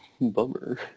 Bummer